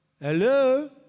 Hello